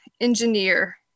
engineer